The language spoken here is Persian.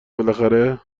بالاخره